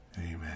Amen